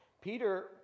Peter